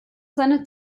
seine